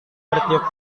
bertiup